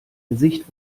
gesicht